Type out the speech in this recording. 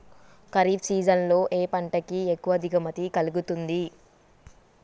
Kharif season లో ఏ పంట కి ఎక్కువ దిగుమతి కలుగుతుంది?